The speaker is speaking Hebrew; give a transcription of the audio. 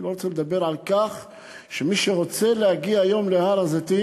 אני לא רוצה לדבר על כך שמי שרוצה להגיע היום להר-הזיתים,